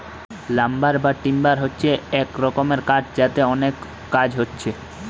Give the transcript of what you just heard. lumber বা timber হচ্ছে এক রকমের কাঠ যাতে অনেক কাজ হচ্ছে